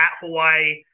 Hawaii